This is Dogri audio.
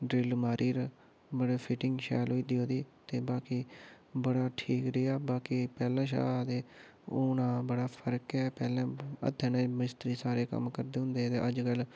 ड्रिल मारियै बड़े फिटिंग शैल होई दी ओह्दी बाकी बड़ा ठीक रेहा बाकी पैह्लें शा ते हून बड़ा फर्क ऐ मतलब ह'त्थें नै मिस्त्री सारे कम्म करदे होंदे हे ते अज्जकल